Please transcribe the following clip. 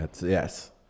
Yes